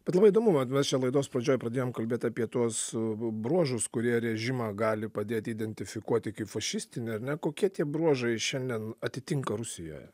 bet labai įdomu vat mes čia laidos pradžioj pradėjom kalbėt apie tuos bruožus kurie režimą gali padėt identifikuoti kaip fašistinį ar ne kokie tie bruožai šiandien atitinka rusijoje